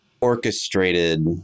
orchestrated